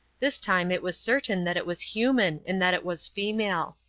this time it was certain that it was human and that it was female.